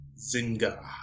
Zinga